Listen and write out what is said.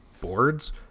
boards